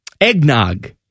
Eggnog